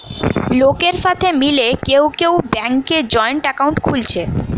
লোকের সাথে মিলে কেউ কেউ ব্যাংকে জয়েন্ট একাউন্ট খুলছে